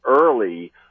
early